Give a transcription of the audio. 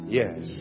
yes